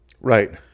Right